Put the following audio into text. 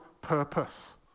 purpose